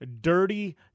Dirty